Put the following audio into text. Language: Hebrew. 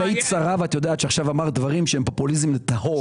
את היית שרה ואת יודעת שעכשיו אמרת דברים שהם פופוליזם טהור.